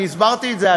אני הסברתי את זה,